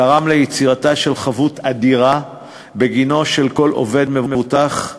תרמו ליצירתה של חבות אדירה בגינו של כל עובד מבוטח,